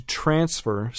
transfer